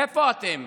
איפה אתם?